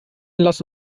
lass